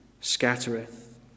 scattereth